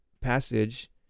passage